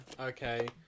okay